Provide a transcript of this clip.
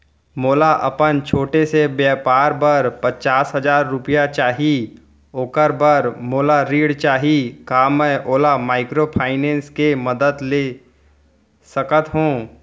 मोला अपन छोटे से व्यापार बर पचास हजार रुपिया चाही ओखर बर मोला ऋण चाही का मैं ओला माइक्रोफाइनेंस के मदद से ले सकत हो?